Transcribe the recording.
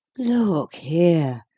look here,